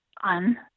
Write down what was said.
on